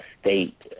state